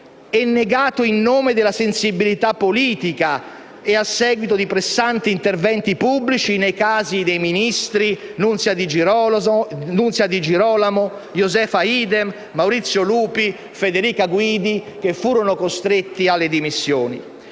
e negato in nome della sensibilità politica e a seguito di pressanti interventi pubblici, nei casi dei ministri Nunzia Di Girolamo, Josefa Idem, Maurizio Lupi e Federica Guidi che furono costretti alle dimissioni.